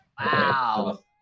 Wow